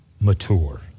mature